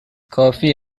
کافی